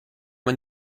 man